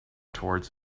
towards